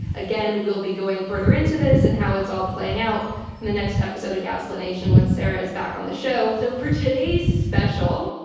again, we will be going further into this and how it's all playing out in and the next episode of gaslit nation when sarah is back on the show. so for today's special,